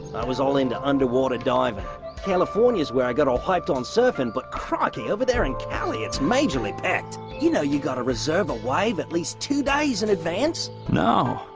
i was all into underwater diver california's where i got all hyped on surfing, but crikey over there in cali. it's majorly packed you know you got a reserve a wave at least two days in advance no,